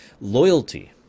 Loyalty